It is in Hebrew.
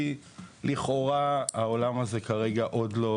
כי העולם הזה עוד לא